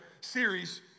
series